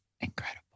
incredible